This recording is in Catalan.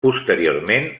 posteriorment